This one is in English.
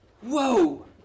whoa